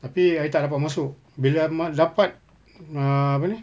tapi I tak dapat masuk bila I ma~ dapat ah apa ni